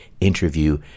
interview